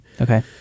Okay